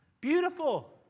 Beautiful